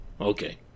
okay